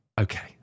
Okay